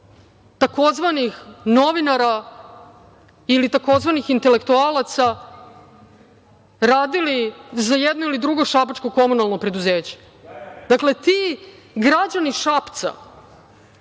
tzv. novinara ili tzv. intelektualaca radili za jedno ili drugo šabačko komunalno preduzeće. Dakle, ti građani Šapca